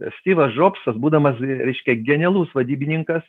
styvas džobsas būdamas reiškia genialus vadybininkas